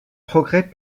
progrès